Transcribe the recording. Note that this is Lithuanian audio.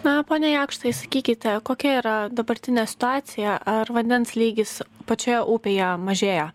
na pone jakštai sakykite kokia yra dabartinė situacija ar vandens lygis pačioje upėje mažėja